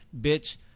bitch